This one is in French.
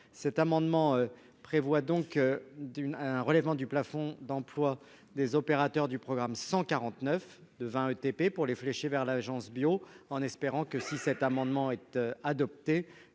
cet amendement prévoit donc d'une un relèvement du plafond d'emplois des opérateurs du programme 149 de 20 ETP pour les fléché vers l'Agence Bio en espérant que si cet amendement être adopté.